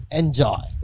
enjoy